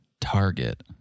Target